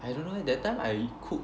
I don't know leh that time I cook